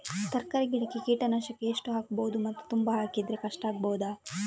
ತರಕಾರಿ ಗಿಡಕ್ಕೆ ಕೀಟನಾಶಕ ಎಷ್ಟು ಹಾಕ್ಬೋದು ಮತ್ತು ತುಂಬಾ ಹಾಕಿದ್ರೆ ಕಷ್ಟ ಆಗಬಹುದ?